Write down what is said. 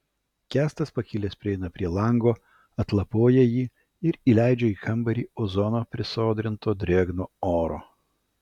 kęstas pakilęs prieina prie lango atlapoja jį ir įleidžia į kambarį ozono prisodrinto drėgno oro